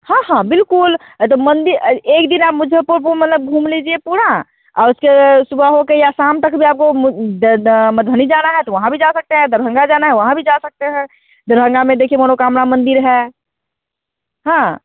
हॉं हॉं बिल्कुल जो मंदिर एक दिन आप मुज़फ़्फ़रपुर मतलब घूम लीजिए पूरा और उसके सुबह हो कर या शाम तक भी आपको मधुबनी जाना है तो वहाॅं भी जा सकते हैं दरभंगा भी जाना है तो वहाँ भी जा सकते हैं दरभंगा में देखें मनोकामना मंदिर है हाॅं